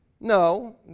No